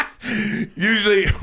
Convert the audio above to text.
Usually